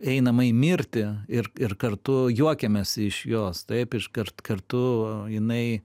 einama į mirtį ir ir kartu juokiamės iš jos taip iškart kartu jinai